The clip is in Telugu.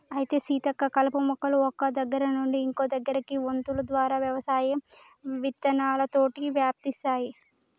అయితే సీతక్క కలుపు మొక్కలు ఒక్క దగ్గర నుండి ఇంకో దగ్గరకి వొంతులు ద్వారా వ్యవసాయం విత్తనాలతోటి వ్యాపిస్తాయి